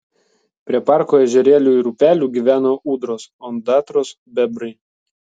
prie parko ežerėlių ir upelių gyvena ūdros ondatros bebrai